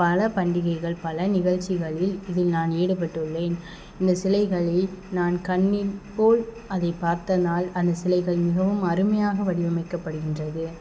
பல பண்டிகைகள் பல நிகழ்ச்சிகளில் இதில் நான் ஈடுபட்டு உள்ளேன் இந்த சிலைகளில் நான் கன்னி போல் அதை பார்த்த நாள் அந்த சிலைகள் மிகவும் அருமையாக வடிவமைக்கப்படுகின்றது